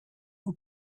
who